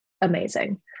amazing